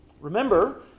Remember